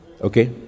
Okay